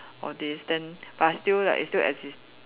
or this then but still like it still exis~